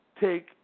take